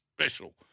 special